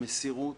מסירות,